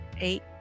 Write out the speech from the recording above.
eight